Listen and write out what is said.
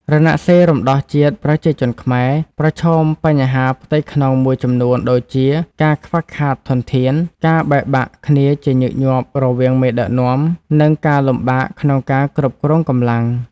រណសិរ្សរំដោះជាតិប្រជាជនខ្មែរ ប្រឈមបញ្ហាផ្ទៃក្នុងមួយចំនួនដូចជាការខ្វះខាតធនធាន ការបែកបាក់គ្នាជាញឹកញាប់រវាងមេដឹកនាំ និងការលំបាកក្នុងការគ្រប់គ្រងកម្លាំង។